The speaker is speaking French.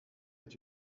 est